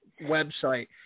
website